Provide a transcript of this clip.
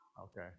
Okay